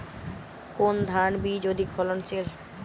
কোন ধান বীজ অধিক ফলনশীল?